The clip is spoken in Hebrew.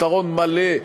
פתרון מלא,